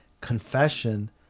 confession